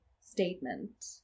statement